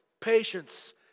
patience